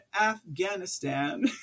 Afghanistan